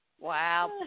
Wow